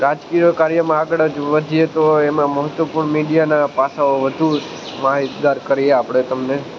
રાજકીય કાર્યમાં આગળ જ વધીએ તો એમાં મહત્ત્વપૂર્ણ મીડિયાના પાસાઓ વધુ માહિતગાર કરી આપણે તમને